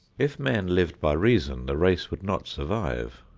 if men lived by reason the race would not survive.